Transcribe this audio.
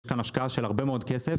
יש כאן השקעה של הרבה מאוד כסף.